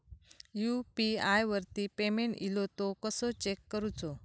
UPI वरती payment इलो तो कसो चेक करुचो?